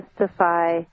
justify